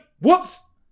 Whoops